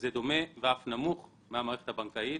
שזה דומה ואף נמוך מהמערכת הבנקאית.